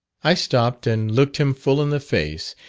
i stopped and looked him full in the face,